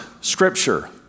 scripture